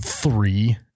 Three